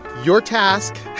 your task,